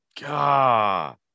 God